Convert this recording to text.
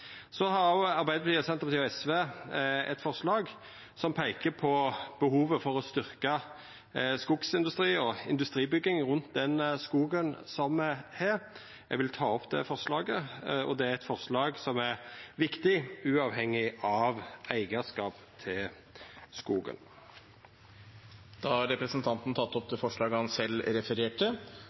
Så har Arbeidarpartiet, Senterpartiet og SV eit forslag som peiker på behovet for å styrkja skogsindustri og industribygging rundt den skogen ein har. Eg vil ta opp det forslaget. Det er eit forslag som er viktig, uavhengig av eigarskapet til skogen. Da har representanten Geir Pollestad tatt opp forslaget han refererte